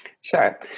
Sure